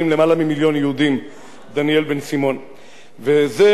זה מציאות שיהודה ושומרון ניצלה.